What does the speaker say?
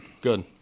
Good